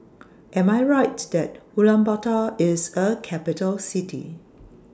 Am I Right that Ulaanbaatar IS A Capital City